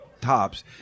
tops